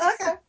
Okay